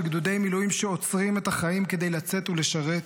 גדודי מילואים שעוצרים את החיים כדי לצאת ולשרת,